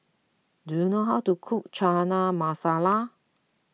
do you know how to cook Chana Masala